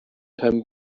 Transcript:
pen